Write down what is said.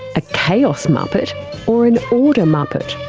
a chaos muppet or an order muppet?